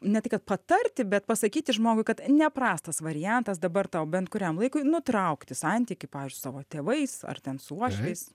ne tai kad patarti bet pasakyti žmogui kad neprastas variantas dabar tau bent kuriam laikui nutraukti santykį pavyzdžiui su savo tėvais ar ten su uošviais